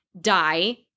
die